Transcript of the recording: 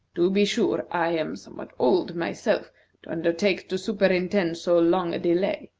to be sure, i am somewhat old myself to undertake to superintend so long a delay,